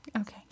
Okay